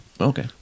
okay